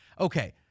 Okay